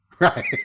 Right